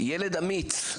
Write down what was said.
ילד אמיץ,